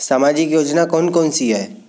सामाजिक योजना कौन कौन सी हैं?